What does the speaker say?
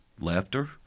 laughter